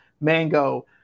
Mango